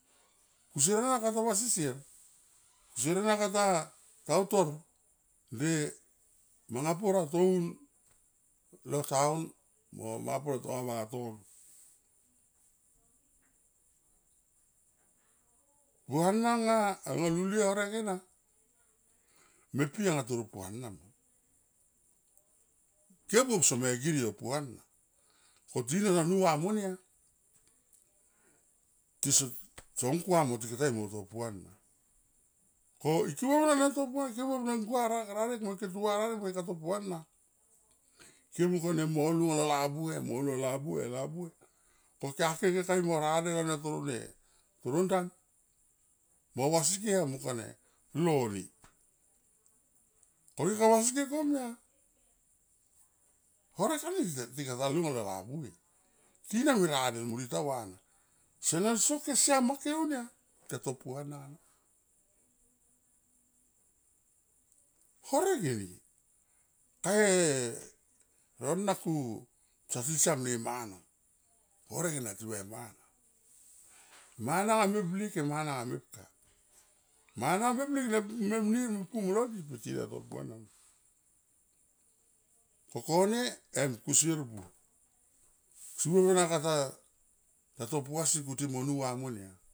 kusier ena kata vasi sier, kusier ena ka ta utor de manga pur la toun lo town mo manga pur a tonga ma vatono, vuana anga a lulie horek ena ma pi anga toro puana ma, ke buop seme i girie o puana ko tina na nuva monia tison to kuam mo ti kata mui mo to puana ko ike buop ne to puana ke buop ne gua ra, rarek mo ike tuva rarek mo ike ka to puana ke mung kone mo lu lo labuhe mo lulo labuhe, labuhe ko kia ke kekae mui mo radel aunia toro nde, toro ndan mo vasi ke em mon kone lorip ko ike ka vasi ke komia horek ani tika lule labuhe tina me radel mo lita va na. Sene soke siam ma ke unia tita puana horek eni ka e rona ku tasi siam le mana horek ena ti va e mana, mana nga me blik mana anga mepka. Mana nga meblik me nir pu molo di pe tina tato puana, ko kone em kusier buop, se buop ena kata, tato puasi kuti mo nuva monia.